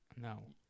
No